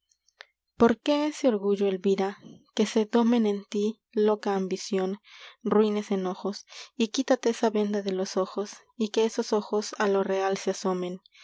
or qué ese orgullo elvira que se domen en ti loca ambición ruines enojos esa y quítate venda de los ojos y que esos ojos á lo real se asomen